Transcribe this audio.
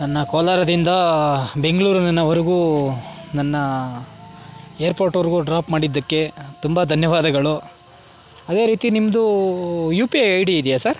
ನನ್ನ ಕೋಲಾರದಿಂದ ಬೆಂಗ್ಳೂರಿನವರೆಗು ನನ್ನ ಏರ್ಪೋರ್ಟ್ವರೆಗು ಡ್ರಾಪ್ ಮಾಡಿದ್ದಕ್ಕೆ ತುಂಬ ಧನ್ಯವಾದಗಳು ಅದೇ ರೀತಿ ನಿಮ್ಮದು U P I I D ಇದಿಯ ಸರ್